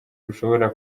rushobora